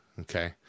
okay